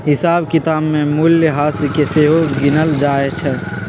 हिसाब किताब में मूल्यह्रास के सेहो गिनल जाइ छइ